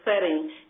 setting